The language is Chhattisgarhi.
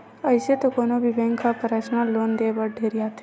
अइसे तो कोनो भी बेंक ह परसनल लोन देय बर ढेरियाथे